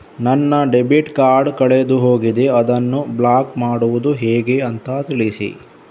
ನನ್ನ debit card ಕಳೆದು ಹೋಗಿದೆ, ಅದನ್ನು ಬ್ಲಾಕ್ ಮಾಡುವುದು ಹೇಗೆ ಅಂತ ತಿಳಿಸಿ?